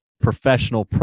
professional